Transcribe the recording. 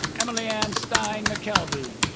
emilyann stein mckelvey